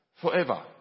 forever